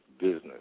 business